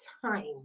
time